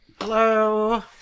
Hello